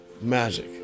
magic